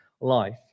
life